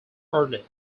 early